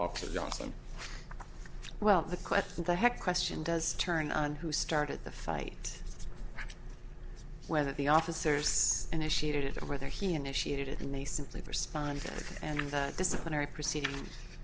johnson well the question the heck question does turn on who started the fight whether the officers initiated it whether he initiated it and they simply responded and disciplinary proceedings